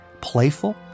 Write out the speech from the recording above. playful